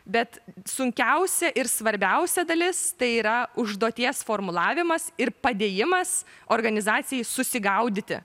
bet sunkiausia ir svarbiausia dalis tai yra užduoties formulavimas ir padėjimas organizacijai susigaudyti